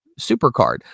Supercard